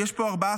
ויש פה ארבעה,